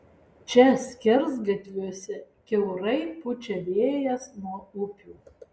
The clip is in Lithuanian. čia skersgatviuose kiaurai pučia vėjas nuo upių